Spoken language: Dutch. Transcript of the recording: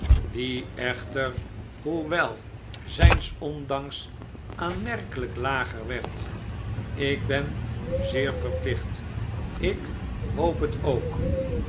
die echter hoewel zijns ondanks aanmerkelijk lager werd ik ben u zeer verplicht ik hoop het ook